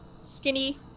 skinny